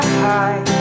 high